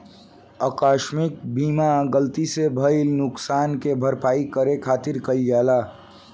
आकस्मिक बीमा गलती से भईल नुकशान के भरपाई करे खातिर कईल जाला